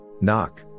Knock